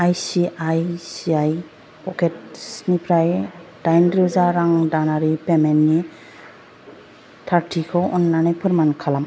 I C I C I Pockets निफ्राय दाइन रोजा रां दानारि पेमेन्ट नि थारथिखौ अननानै फोरमान खालाम